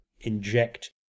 inject